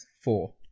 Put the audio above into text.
four